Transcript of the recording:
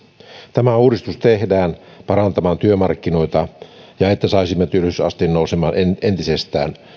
tämä uudistus tehdään parantamaan työmarkkinoita ja että saisimme työllisyysasteen nousemaan entisestään